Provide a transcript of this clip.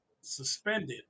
suspended